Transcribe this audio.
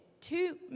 two